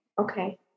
Okay